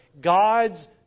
God's